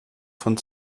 von